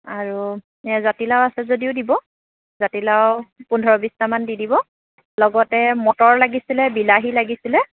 আৰু জাতিলাও আছে যদিও দিব জাতিলাও পোন্ধৰ বিছটামান দি দিব লগতে মটৰ লাগিছিলে বিলাহী লাগিছিলে